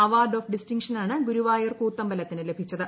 award of ഡിസ്റ്റിങ്ഷനാണ് ഗുരുവായൂർ കൂത്തമ്പലത്തിന് ലഭിച്ചത്